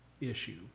issue